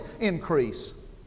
increase